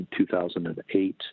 2008